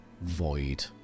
void